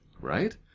Right